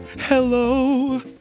Hello